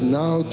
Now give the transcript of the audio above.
now